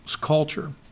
culture